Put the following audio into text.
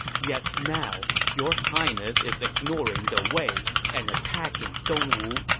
yet now, your highness is ignoring the wei and attacking dongwu.